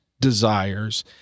desires